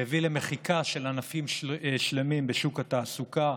שהביא למחיקה של ענפים שלמים בשוק התעסוקה,